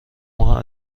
ماه